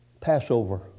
Passover